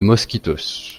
mosquitos